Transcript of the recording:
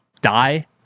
die